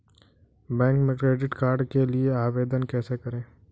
Bank में credit card के लिए आवेदन कैसे करें?